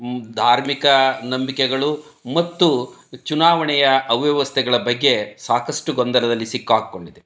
ಧಾರ್ಮಿಕ ನಂಬಿಕೆಗಳು ಮತ್ತು ಚುನಾವಣೆಯ ಅವ್ಯವಸ್ಥೆಗಳ ಬಗ್ಗೆ ಸಾಕಷ್ಟು ಗೊಂದಲದಲ್ಲಿ ಸಿಕ್ಕಿ ಹಾಕಿಕೊಂಡಿದೆ